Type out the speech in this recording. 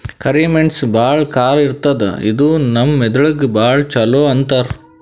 ಕರಿ ಮೆಣಸ್ ಭಾಳ್ ಖಾರ ಇರ್ತದ್ ಇದು ನಮ್ ಮೆದಳಿಗ್ ಭಾಳ್ ಛಲೋ ಅಂತಾರ್